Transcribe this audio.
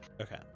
Okay